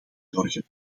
zorgen